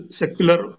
secular